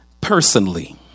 personally